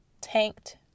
tanked